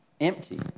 empty